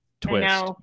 twist